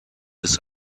ist